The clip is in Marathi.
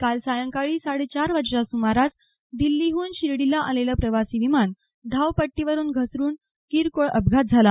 काल सायंकाळी साडे चार वाजेच्या सुमारास दिल्लीहून शिर्डीला आलेलं प्रवासी विमान धावपट्टीवरून घसरून किरकोळ अपघात झाला